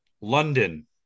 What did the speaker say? London